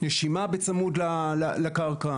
נשימה בצמוד לקרקע.